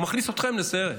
הוא מכניס אתכם לסרט.